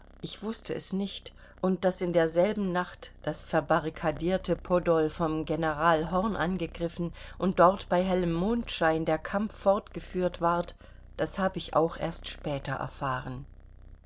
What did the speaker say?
ich wußte es nicht und daß in derselben nacht das verbarrikadierte podol vom general horn angegriffen und dort bei hellem mondschein der kampf fortgeführt ward das hab ich auch erst später erfahren